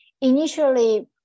initially